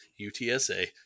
UTSA